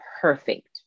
perfect